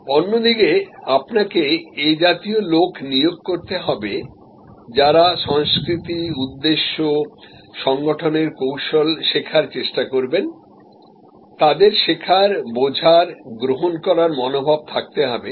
অন্যদিকে আপনাকে এ জাতীয় লোক নিয়োগ করতে হবে যারা সংস্কৃতি উদ্দেশ্য সংগঠনের কৌশল শেখার চেষ্টা করবেন তাদের শেখার বোঝার গ্রহণ করার মনোভাব থাকতে হবে